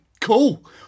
cool